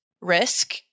risk